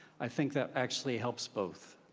i think that actually helps both.